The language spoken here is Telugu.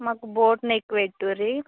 మాకు బోట్నెక్ పెట్టండి